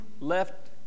left